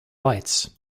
lights